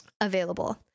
available